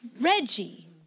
Reggie